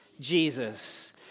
Jesus